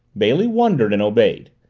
bailey wondered and obeyed.